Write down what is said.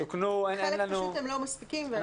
חלק הם פשוט לא מספיקים.